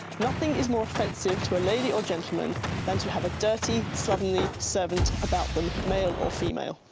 nothing is more offensive to a lady or gentleman than to have a dirty, slovenly servant about them, male or female.